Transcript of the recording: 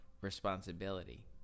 responsibility